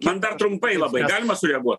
man dar trumpai labai galima sureaguot